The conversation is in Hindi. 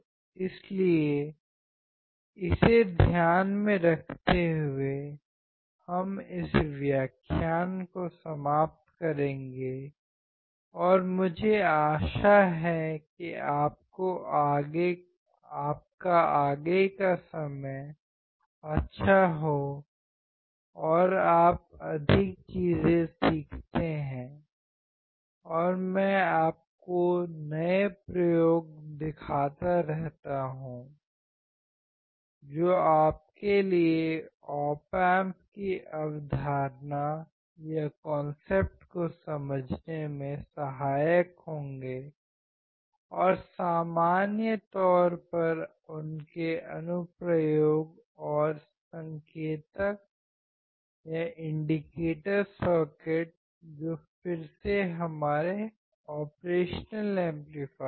इसलिए इसे ध्यान में रखते हुए हम इस व्याख्यान को समाप्त करेंगे और मुझे आशा है कि आपके आगे का समय अच्छा हो और आप अधिक चीजें सीखते हैं और मैं आपको नए प्रयोग दिखाता रहता हूं जो आपके लिए ऑप एम्प की अवधारणा को समझने में सहायक होंगे और सामान्य तौर पर उनके अनुप्रयोग और संकेतक सर्किट जो फिर से हमारे ऑपरेशन एम्पलीफायर हैं